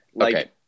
Okay